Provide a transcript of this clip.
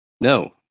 no